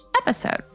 episode